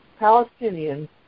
Palestinians